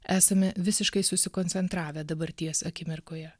esame visiškai susikoncentravę dabarties akimirkoje